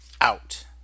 out